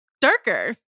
Darker